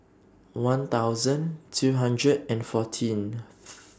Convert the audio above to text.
one thousand two hundred and fourteenth